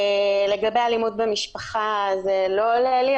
לגבי אלימות במשפחה, זה לא עולה לי.